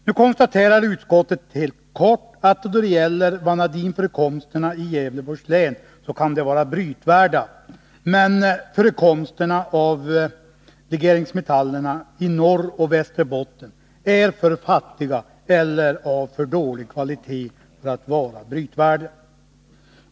Nu konstaterar utskottet helt kort att vanadinförekomsterna i Gävleborgs län kan vara brytvärda, men att förekomsterna av legeringsmetallerna i Norrbotten och Västerbotten är för fattiga eller av för dålig kvalitet för att vara brytvärda.